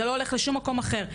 זה לא הולך לשום מקום אחר.